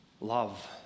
love